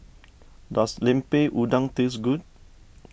does Lemper Udang taste good